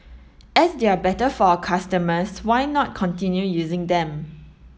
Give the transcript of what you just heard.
as they are better for our customers why not continue using them